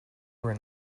were